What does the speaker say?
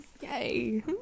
Yay